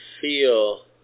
feel